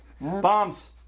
bombs